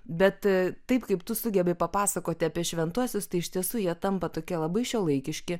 bet taip kaip tu sugebi papasakoti apie šventuosius tai iš tiesų jie tampa tokie labai šiuolaikiški